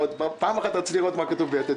פעם אחת רציתי לראות מה כתוב ביתד